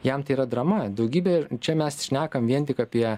jam tai yra drama daugybė čia mes šnekam vien tik apie